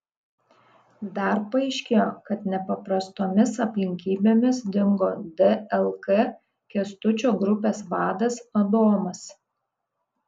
dar paaiškėjo kad nepaprastomis aplinkybėmis dingo dlk kęstučio grupės vadas adomas